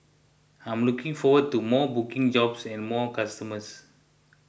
I'm looking forward to more booking jobs and more customers